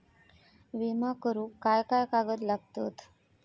विमा करुक काय काय कागद लागतत?